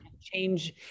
change